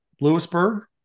Lewisburg